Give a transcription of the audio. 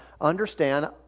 Understand